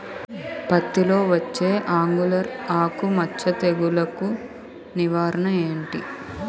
పత్తి లో వచ్చే ఆంగులర్ ఆకు మచ్చ తెగులు కు నివారణ ఎంటి?